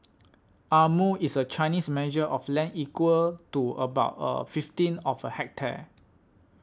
a mu is a Chinese measure of land equal to about a fifteenth of a hectare